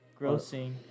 grossing